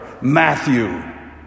Matthew